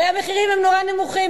הרי המחירים הם נורא נמוכים,